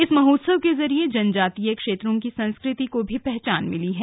इस महोत्सव के जरिए जनजातीय क्षेत्रों की संस्कृति को भी पहचान देना है